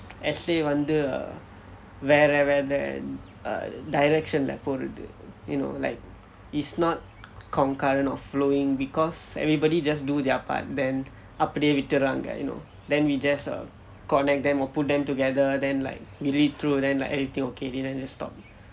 essay வந்து:vanthu uh வேற வேற:vera vera uh direction leh போகுது:pokuthu you know like is not concurrent or flowing because everybody just do their part then அப்படியே விட்டுறாங்க:appadiye vitturaanga you know then we just err connect them or put them together then like read through then like everything okay then just stop